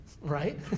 right